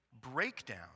breakdown